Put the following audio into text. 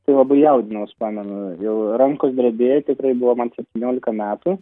tai labai jaudinaus pamenu jau rankos drebėjo tikrai buvo man septyniolika metų